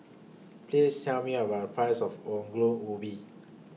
Please Tell Me about The Price of Ongol Ubi